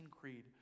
Creed